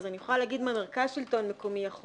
אז אני יכולה להגיד, מה מרכז שלטון מקומי יכול.